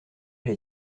elle